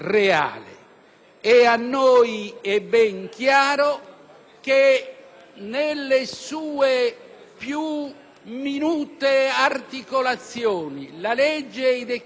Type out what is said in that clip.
che nelle sue più minute articolazioni la legge e i decreti delegati che le daranno sostanza